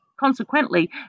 consequently